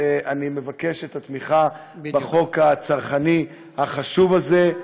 אני מבקש את התמיכה בחוק הצרכני החשוב הזה.